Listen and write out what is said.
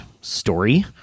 story